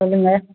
சொல்லுங்கள்